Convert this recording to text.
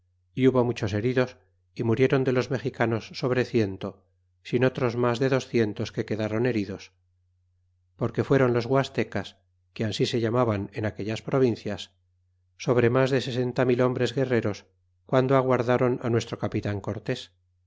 y hubo muchos heridos y murieron de los mexicanos sobre ciento sin otros mas de docientos que quedron heridos porque fueron los guastecas que ansi se llaman en aquellas provincias sobre mas de sesenta mil hombres guerreros guando aguardron nuestro capitan cortés